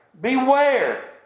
Beware